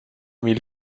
mille